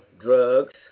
drugs